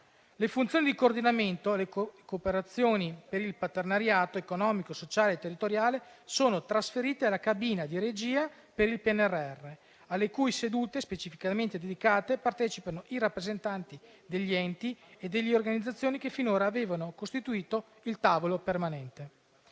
Le funzioni di coordinamento e cooperazione con il partenariato economico, sociale e territoriale sono trasferiti alla cabina di regia per il PNRR, alle cui sedute, specificamente dedicate, partecipano anche i rappresentanti degli enti e delle organizzazioni che finora avevano costituito il tavolo permanente.